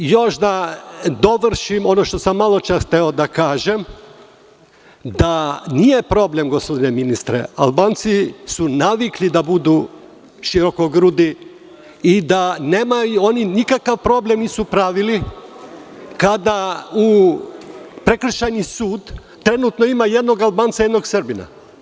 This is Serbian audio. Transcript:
Još da dovršim ono što sam malo čas hteo da kažem, da nije problem, gospodine ministre, Albanci su navikli da budu širokogrudi i da nemaju, nikakav problem nisu pravili kada u prekršajnom sudu trenutno ima jedan Albanac i jedan Srbin.